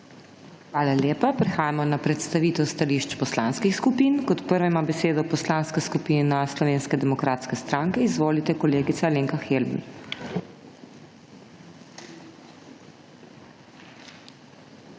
Hvala lepa. Prehajamo na predstavitev stališč poslanskih skupin. Kot prvi ima besedo poslanska skupina Slovenske demokratske stranke, izvolite, kolegica Alenka Helbl.